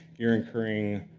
you're incurring